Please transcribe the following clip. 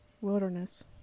Wilderness